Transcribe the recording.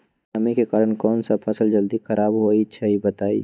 नमी के कारन कौन स फसल जल्दी खराब होई छई बताई?